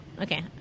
okay